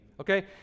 Okay